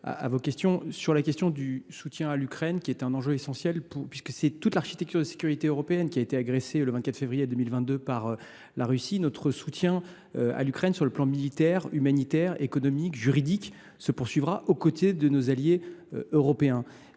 délégué. Le soutien à l’Ukraine est un enjeu essentiel, puisque c’est finalement toute l’architecture de sécurité européenne qui a été agressée le 24 février 2022 par la Russie. Notre soutien, que ce soit sur le plan militaire, humanitaire, économique ou juridique, se poursuivra aux côtés de nos alliés européens